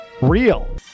real